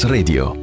Radio